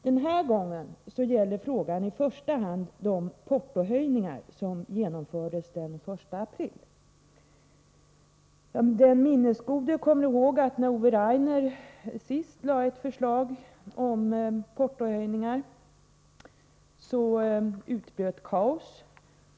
Den här gången gäller frågan i första hand de portohöjningar som genomfördes den 1 april. Den minnesgode kommer ihåg att när Ove Rainer sist lade fram ett förslag om portohöjningar, utbröt kaos.